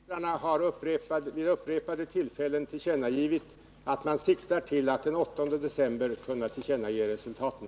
Herr talman! Båda statsministrarna har vid upprepade tillfällen tillkännagivit att man siktar till att den 8 december kunna tillkännage resultatet.